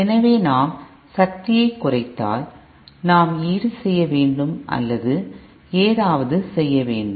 எனவே நாம் சக்தியைக் குறைத்தால் நாம் ஈடுசெய்ய வேண்டும் அல்லது ஏதாவது செய்ய வேண்டும்